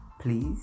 please